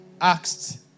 asked